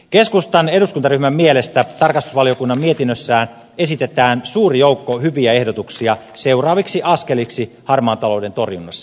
keskustan eduskuntaryhmän mielestä tarkastusvaliokunnan mietinnössä esitetään suuri joukko hyviä ehdotuksia seuraaviksi askeliksi harmaan talouden torjunnassa